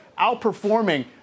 outperforming